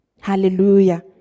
Hallelujah